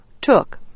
took